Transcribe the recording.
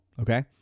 Okay